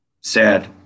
sad